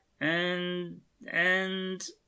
and-and